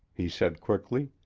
he said quickly.